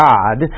God